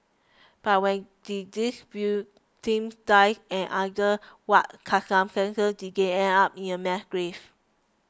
but when did these victims die and under what circumstances did they end up in a mass grave